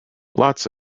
lots